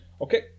okay